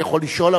יכול לשאול,